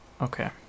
okay